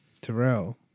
Terrell